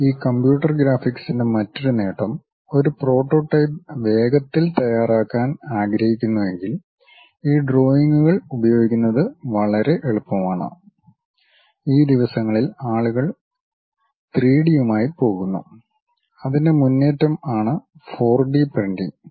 ഈ കമ്പ്യൂട്ടർ ഗ്രാഫിക്സിന്റെ മറ്റൊരു നേട്ടം ഒരു പ്രോട്ടോടൈപ്പ് വേഗത്തിൽ തയ്യാറാക്കാൻ ആഗ്രഹിക്കുന്നുവെങ്കിൽ ഈ ഡ്രോയിംഗുകൾ ഉപയോഗിക്കുന്നത് വളരെ എളുപ്പമാണ് ഈ ദിവസങ്ങളിൽ ആളുകൾ ത്രീ ഡി യുമായി പോകുന്നു അതിൻ്റെ മുന്നേറ്റം ആണ് ഫോർ ഡി പ്രിന്റിംഗ്